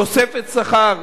תוספת שכר,